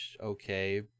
Okay